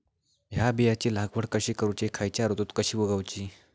हया बियाची लागवड कशी करूची खैयच्य ऋतुत कशी उगउची?